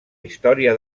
història